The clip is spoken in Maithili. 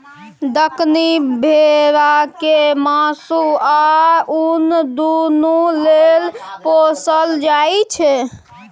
दक्कनी भेरा केँ मासु आ उन दुनु लेल पोसल जाइ छै